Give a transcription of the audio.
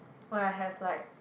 when I have like